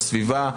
לסביבה,